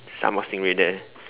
sambal stingray there